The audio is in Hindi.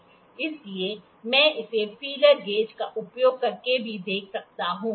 इसलिए मैं इसे फीलर गेज का उपयोग करके भी देख सकता हूं